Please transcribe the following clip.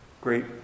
great